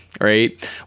right